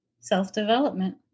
Self-development